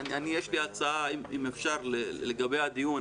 יש לי הצעה לגבי הדיון.